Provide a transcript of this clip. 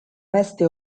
peste